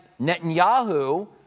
Netanyahu